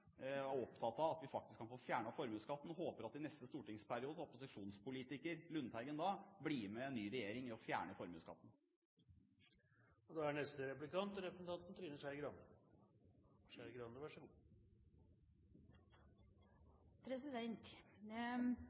Jeg er opptatt av at vi faktisk kan få fjernet formuesskatten, og jeg håper at opposisjonspolitiker Lundteigen i neste stortingsperiode blir med en ny regjering i å fjerne